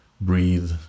breathe